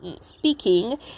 speaking